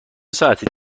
ساعتی